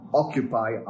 occupy